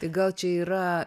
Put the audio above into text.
tai gal čia yra